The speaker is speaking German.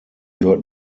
dort